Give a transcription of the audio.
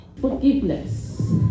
Forgiveness